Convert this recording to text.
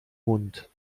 mund